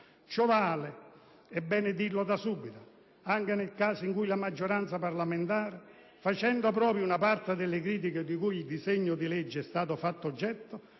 Ciò vale, è bene dirlo da subito, anche nel caso in cui la maggioranza parlamentare, facendo proprie una parte delle critiche di cui il disegno di legge è stato fatto oggetto,